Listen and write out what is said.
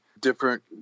different